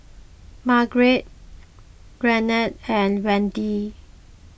Margrett Garnet and Wende